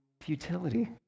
futility